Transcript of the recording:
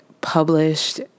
published